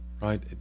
Right